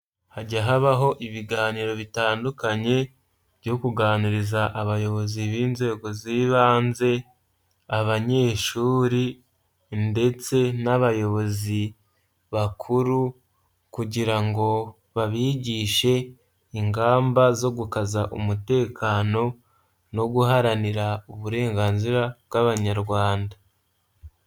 Hajya habaho ibiganiro bitandukanye byo kuganiriza abayobozi b'inzego z'ibanze, abanyeshuri ndetse n'abayobozi bakuru kugira ngo babigishe ingamba zo gukaza umutekano no guharanira uburenganzira bw'abanyarwanda.